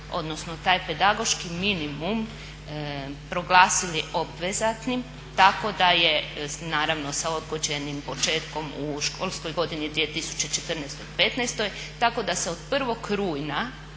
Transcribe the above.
odnosno taj pedagoški minimum proglasili obvezatnim tako da je naravno sa odgođenim početkom u školskoj godini 2014./2015. tako da se od 1. rujna